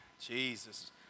Jesus